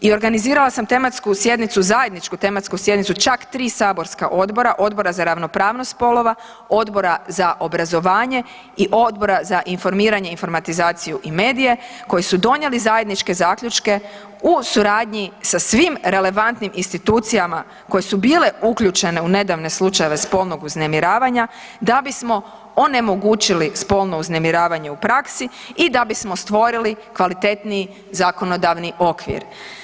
I organizirala sam tematsku sjednicu zajedničku tematsku sjednicu čak tri saborska odbora, Odbora za ravnopravnost spolova, Odbora za obrazovanja i Odbora za informiranje i informatizaciju i medije koji su donijeli zajedničke zaključke u suradnji sa svim relevantnim institucijama koje su bile uključene u nedavne slučajeve spolnog uznemiravanja da bismo onemogućili spolno uznemiravanje u praksi i da bismo stvorili kvalitetniji zakonodavni okvir.